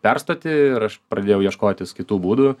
perstoti ir aš pradėjau ieškotis kitų būdų